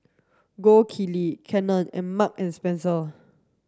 Gold Kili Canon and Marks and Spencer